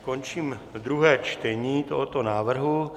Končím druhé čtení tohoto návrhu.